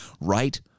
right